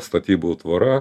statybų tvora